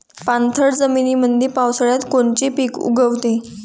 पाणथळ जमीनीमंदी पावसाळ्यात कोनचे पिक उगवते?